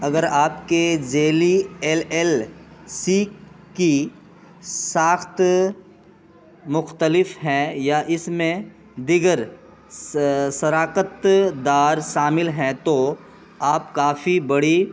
اگر آپ کے ذیلی ایل ایل سی کی ساخت مختلف ہیں یا اس میں دیگر شراکت دار شامل ہیں تو آپ کافی بڑی